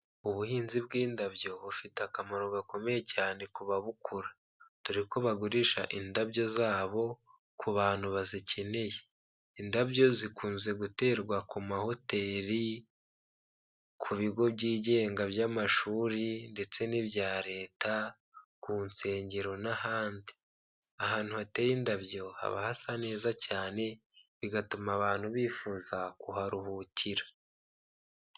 Ubuhinzi bw'indabyo, bufite akamaro gakomeye cyane ku babukora. Dore ko bagurisha indabyo zabo ,ku bantu bazikeneye. indabyo zikunze guterwa ku mahoteri, ku bigo byigenga by'amashuri, ndetse n'ibya Leta, ku nsengero n'ahandi. Ahantu hateye indabyo haba hasa neza cyane, bigatuma abantu bifuza kuharuhukira.